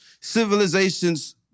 Civilizations